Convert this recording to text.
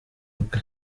bwe